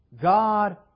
God